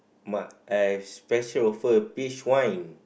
my~ I have special offer peach wine